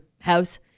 house